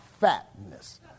fatness